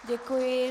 Děkuji.